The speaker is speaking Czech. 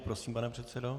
Prosím, pane předsedo.